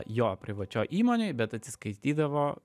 jo privačioj įmonėj bet atsiskaitydavo